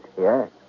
Yes